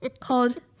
Called